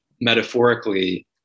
metaphorically